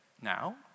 Now